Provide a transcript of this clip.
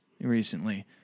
recently